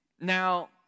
Now